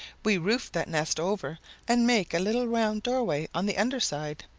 we roofed that nest over and make a little round doorway on the under side.